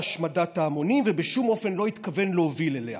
השמדת ההמונים ובשום אופן לא התכוון להוביל אליה.